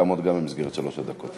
אתה יכול לעמוד גם במסגרת שלוש הדקות,